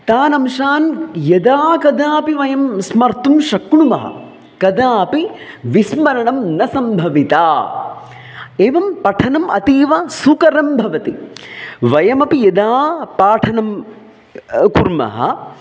तान् अंशान् यदा कदापि वयं स्मर्तुं शक्नुमः कदापि विस्मरणं न सम्भवितम् एवं पठनम् अतीव सुकरं भवति वयमपि यदा पाठनं कुर्मः